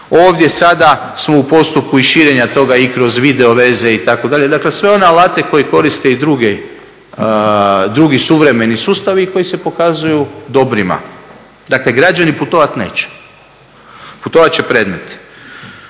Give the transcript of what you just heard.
Ovdje sada smo u postupku i širenja toga i kroz video veze itd. Dakle, sve one alate koje koriste i drugi suvremeni sustavi i koji se pokazuju dobrima. Dakle, građani putovati neće, putovati će predmeti.